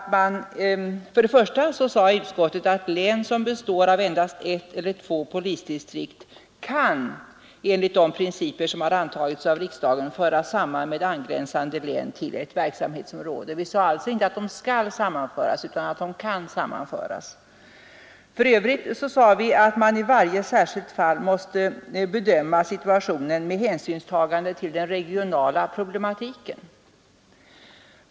För det första sade utskottet att län som består av endast ett eller två polisdistrikt kan enligt de principer som antagits av riksdagen föras samman med angränsande län till ett verksamhetsområde. Utskottet sade alltså inte att de skall utan att de kan sammanföras. För det andra sade utskottet att man i varje särskilt fall måste bedöma situationen med hänsynstagande till den regionala problematiken.